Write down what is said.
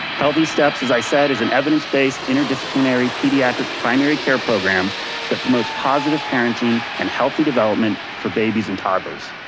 healthysteps, as i said, is an evidence based interdisciplinary pediatric primary care program that promotes positive parenting and healthy development for babies and toddlers,